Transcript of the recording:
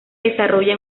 desarrolla